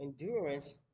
endurance